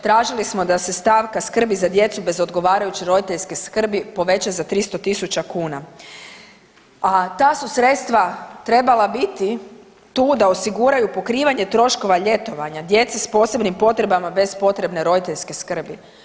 Tražili smo da se stavka skrbi za djecu bez odgovarajuće roditeljske skrbi poveća za 300 tisuća kuna, a ta su sredstva trebala biti tu da osiguraju pokrivanje troškova ljetovanja djeci s posebnim potrebama bez potrebne roditeljske skrbi.